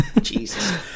Jesus